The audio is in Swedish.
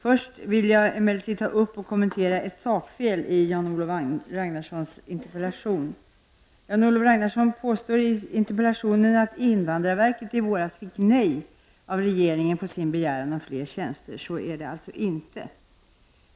Först vill jag emellertid ta upp och kommentera ett sakfel i Jan-Olof Ragnarssons interpellation. Jan-Olof Ragnarsson påstår i interpellationen att invandrarverket i våras fick nej av regeringen på sin begäran om fler tjänster. Så är det alltså inte.